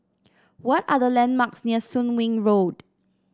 what are the landmarks near Soon Wing Road